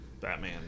Batman